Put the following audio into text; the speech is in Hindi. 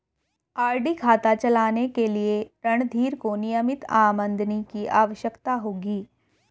आर.डी खाता चलाने के लिए रणधीर को नियमित आमदनी की आवश्यकता होगी